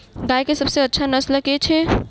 गाय केँ सबसँ अच्छा नस्ल केँ छैय?